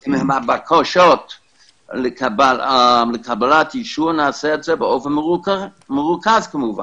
בקשות לקבלת אישור, נעשה את זה באופן מרוכז כמובן.